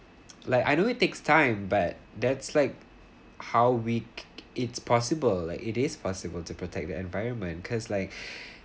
like I know it takes time but that's like how we~ it's possible like it is possible to protect the environment cause like